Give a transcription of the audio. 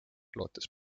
lootes